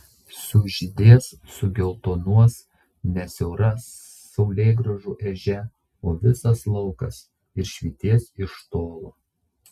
sužydės sugeltonuos ne siaura saulėgrąžų ežia o visas laukas ir švytės iš tolo